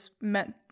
meant